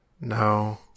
No